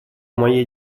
моей